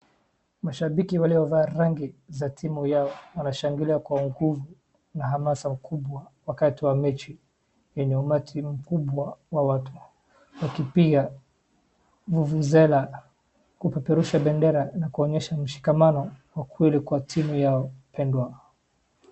Mashabiki waliovaa rangi za timu yao wanashangilia kwa nguvu na hamasa ukubwa wakati wa mechi yenye umati mkubwa wa watu, wakipiga vuvuzela kupeperusha bendera na kuonyesha mshikamano wa kweli kwa timu yao pendwa.